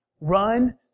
Run